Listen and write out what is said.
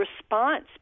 response